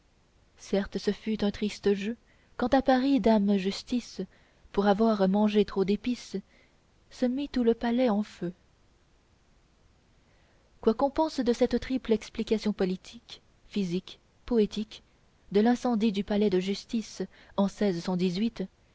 certes ce fut un triste jeu quand à paris dame justice pour avoir mangé trop d'épice se mit tout le palais en feu quoi qu'on pense de cette triple explication politique physique poétique de l'incendie du palais de justice en